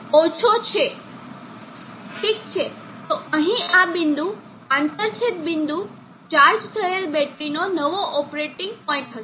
ઠીક છે તો અહીં આ બિંદુ આંતરછેદ બિંદુ ચાર્જ થયેલ બેટરીનો નવો ઓપરેટિંગ પોઇન્ટ હશે